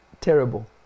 terrible